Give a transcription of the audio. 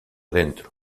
dentro